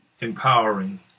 empowering